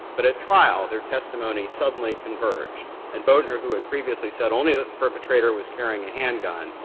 but at trial their testimonies suddenly converged and boatner, who had previously said only that the perpetrator was carrying a handgun,